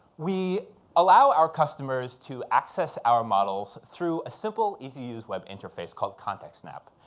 we allow our customers to access our models through a simple, easy-to-use web interface called contextsnap.